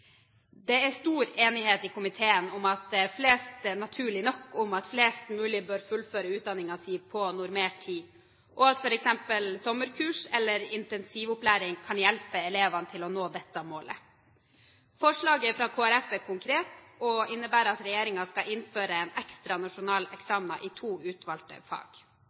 Det er stor enighet i komiteen – naturlig nok – om at flest mulig bør fullføre utdanningen sin på normert tid, og at f.eks. sommerkurs eller intensivopplæring kan hjelpe elevene til å nå dette målet. Forslaget fra Kristelig Folkeparti er konkret, og innebærer at regjeringen skal innføre ekstra, nasjonale eksamener i to utvalgte fag.